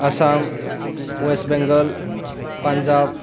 Assam West Bengal Punjab